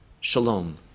Shalom